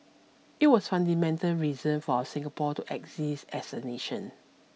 it was fundamental reason for our Singapore to exist as a nation